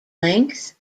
length